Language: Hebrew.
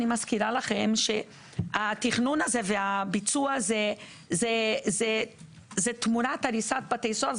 אני מזכירה לכם שהתכנון הזה והביצוע הזה זה תמורת הריסת בתי סוהר,